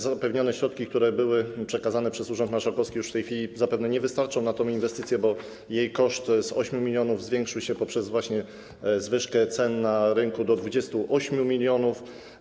Zapewnione środki, które były przekazane przez urząd marszałkowski, już w tej chwili zapewne nie wystarczą na tę inwestycję, bo jej koszt z 8 mln zwiększył się, poprzez zwyżkę cen na rynku, do 28 mln.